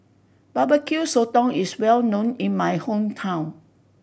Barbecue Sotong is well known in my hometown